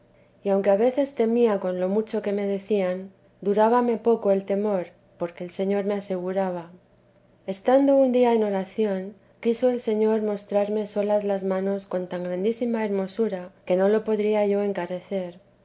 y aunque a veces temía con lo mucho que me decían durábame poco el temor porque el señor me aseguraba estando un día en oración quiso el señor mostrarme solas las manos con tan grandísima hermosura que no lo podría yo encarecer